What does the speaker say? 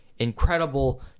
incredible